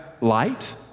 light